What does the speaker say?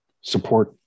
support